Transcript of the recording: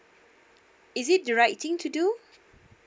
is it the right thing to do